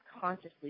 consciously